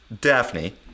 Daphne